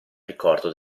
ricordo